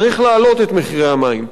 צריך להעלות את מחירי המים.